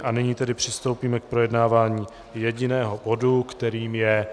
A nyní tedy přistoupíme k projednávání jediného bodu, kterým je